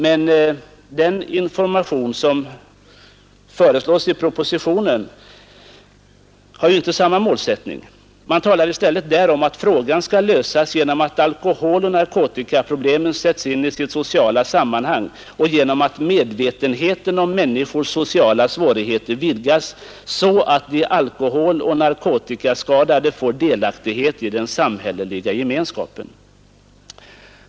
Men den information som föreslås i propositionen har inte samma målsättning. Man talar i stället där om att frågan skall lösas genom att alkoholoch narkotikaproblemen sätts in i sitt sociala sammanhang och genom att medvetenheten om människors sociala svårigheter vidgas, så att de alkoholoch narkotikaskadade får delaktighet i den samhälleliga gemenskapen.